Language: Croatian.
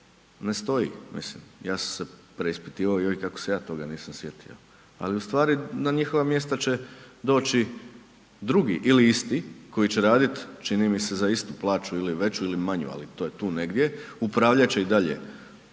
ne stoji. Mislim, ja sam se preispitivao joj, kako se ja toga nisam sjetio ali ustvari na njihova mjesta će doći drugi ili isti koji će radi čini mi se za istu plaću ili veću ili manju ali to je tu negdje, upravljat će i dalje